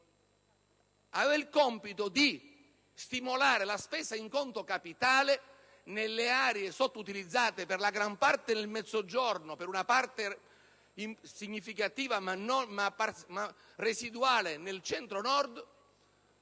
aveva il compito di stimolare la spesa in conto capitale nelle aree sottoutilizzate - per gran parte nel Mezzogiorno, ma per una parte significativa, anche se residuale, nel Centro Nord